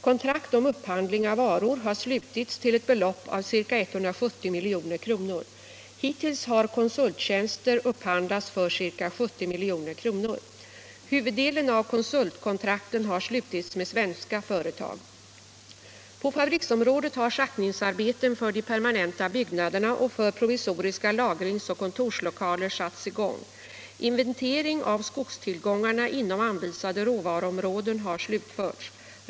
Kontrakt om upphandling av varor har slutits till ett belopp av ca 170 milj.kr. Hittills har konsulttjänster upphandlats för ca 70 milj.kr. Huvuddelen av konsultkontrakten har slutits med svenska företag. På fabriksområdet har schaktningsarbeten för de permanenta byggnaderna och för provisoriska lagringsoch kontorslokaler satts i gång. Inventering av skogstillgångarna inom anvisade råvaruområden har slutförts.